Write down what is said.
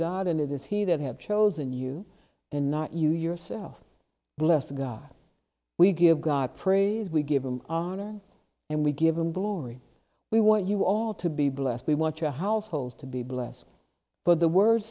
god and it is he that have chosen you and not you yourself blessed god we give god praise we give them honor and we give them glory we want you all to be blessed we want your household to be blessed but the wor